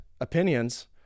opinions